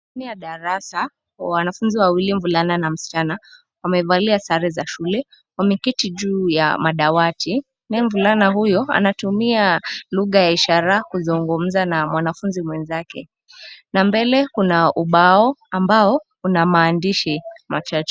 Ndani ya darasa, wanafunzi wawili, mvulana na msichana wamevalia sare za shule. Wameketi juu ya madawati. Mvulana huyo anatumia lugha ya ishara kuzungumza na mwanafunzi mwenzake, na mbele kuna ubao ambao una maandishi machache.